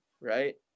right